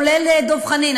כולל דב חנין,